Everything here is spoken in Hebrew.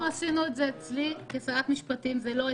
עשינו את זה אצלי כשרת משפטים וזה לא הספיק,